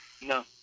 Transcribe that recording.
No